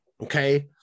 okay